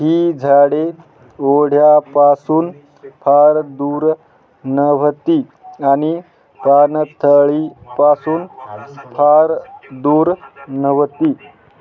ही झाडे ओढ्यापासून फार दूर नव्हती आणि पाणथळीपासून फार दूर नव्हती